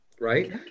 Right